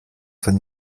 von